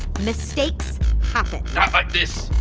mistakes happen not like this.